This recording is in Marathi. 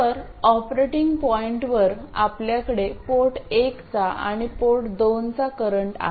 तर ऑपरेटिंग पॉईंटवर आपल्याकडे पोर्ट एकचा आणि पोर्ट दोनचा करंट आहे